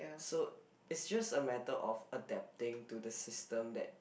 so it's just a matter of adapting to the system that